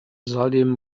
salim